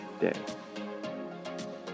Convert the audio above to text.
day